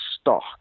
stock